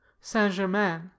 Saint-Germain